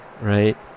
right